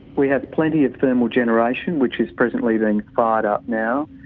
we have plenty of thermal generation, which is presently being fired up now,